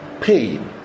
pain